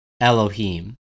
Elohim